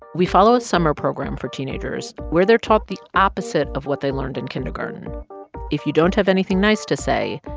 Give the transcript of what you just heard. we follow a summer program for teenagers where they're taught the opposite of what they learned in kindergarten if you don't have anything nice to say,